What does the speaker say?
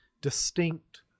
distinct